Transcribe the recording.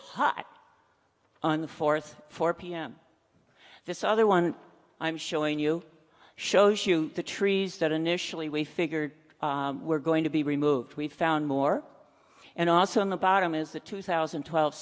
hot on the fourth four pm this other one i'm showing you shows you the trees that initially we figured were going to be removed we found more and also on the bottom is the two thousand and twelve